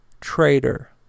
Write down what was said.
traitor